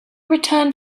returned